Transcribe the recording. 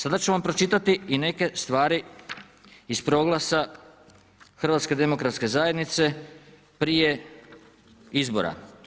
Sada ću vam pročitati i neke stvari iz proglasa HDZ-a prije izbora.